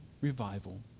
revival